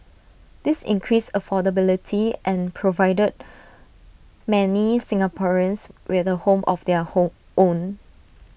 this increased affordability and provided many Singaporeans with A home of their home own